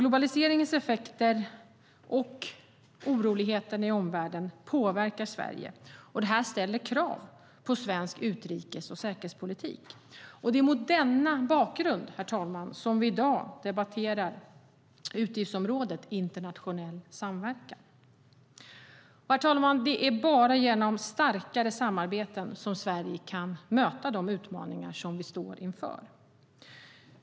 Globaliseringens effekter påverkar Sverige och oroligheter i omvärlden påverkar Sverige, och det ställer krav på svensk utrikes och säkerhetspolitik. Det är mot denna bakgrund vi i dag ska debattera utgiftsområdet om internationell samverkan. Herr talman! Det är bara genom starkare samarbete som Sverige kan möta de utmaningar som vi står inför.